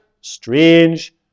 strange